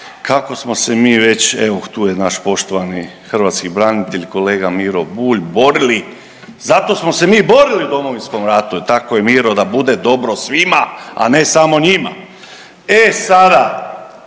kako smo se mi već evo tu je naš poštovani hrvatski branitelj kolega Miro Bulj borili, zato smo se mi borili u Domovinskom ratu, jel' tako Miro, da bude dobro svima, a ne samo njima. E sada